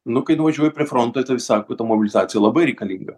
nu kai nuvažiuoji prie fronto tai visi sako kad ta mobilizacija labai reikalinga